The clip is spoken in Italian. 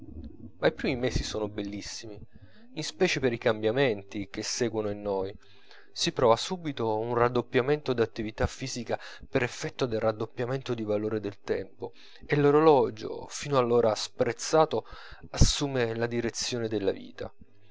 i primi mesi sono bellissimi in specie per i cambiamenti che seguono in noi si prova subito un raddoppiamento d'attività fisica per effetto del raddoppiamento di valore del tempo e l'orologio fino allora sprezzato assume la direzione della vita